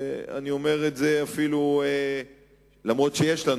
אני אומר את זה אף-על-פי שיש לנו,